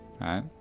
right